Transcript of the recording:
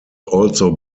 also